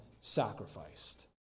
sacrificed